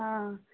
अं